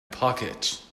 pocket